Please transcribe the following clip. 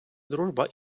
дружба